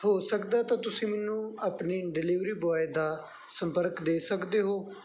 ਹੋ ਸਕਦਾ ਤਾਂ ਤੁਸੀਂ ਮੈਨੂੰ ਆਪਣੀ ਡਿਲੀਵਰੀ ਬੋਆਏ ਦਾ ਸੰਪਰਕ ਦੇ ਸਕਦੇ ਹੋ